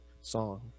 song